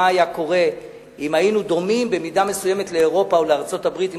מה היה קורה אם היינו דומים במידה מסוימת לאירופה או לארצות-הברית עם,